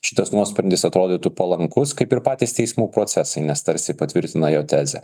šitas nuosprendis atrodytų palankus kaip ir patys teismų procesai nes tarsi patvirtina jo tezę